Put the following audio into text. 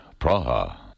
Praha